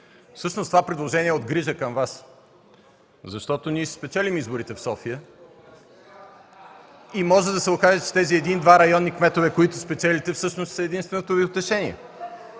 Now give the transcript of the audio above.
Всъщност това предложение е от грижа към Вас, защото ние ще спечелим изборите в София и може да се окаже, че тези един-два районни кметове, които ще спечелите, всъщност ще са единственото Ви утешение.